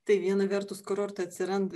tai viena vertus kurortai atsiranda